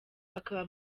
bakaba